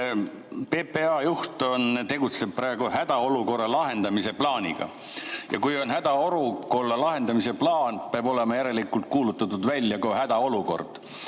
PPA juht tegutseb praegu hädaolukorra lahendamise plaaniga. Kui on hädaolukorra lahendamise plaan, siis peab olema järelikult välja kuulutatud hädaolukord.